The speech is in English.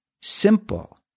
simple